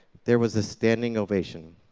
there was a standing ovation.